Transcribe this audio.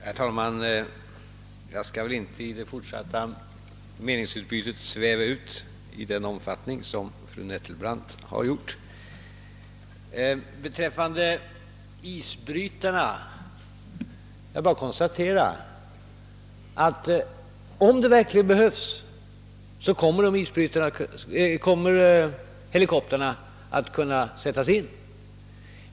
Herr talman! Jag skall väl inte i det fortsatta meningsutbytet sväva ut i den omfattning som fru Nettelbrandt har gjort. Beträffande isbrytarna vill jag endast konstatera, att om det verkligen behövs kommer helikoptrar att kunna sättas in.